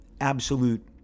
absolute